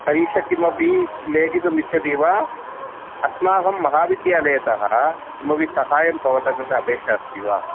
परीक्षां किमपि लेखितुमिच्छति वा अस्माकं महाविद्यालयतः किमपि साहाय्यं भवतः कृते अपेक्षा अस्ति वा